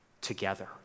together